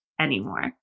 anymore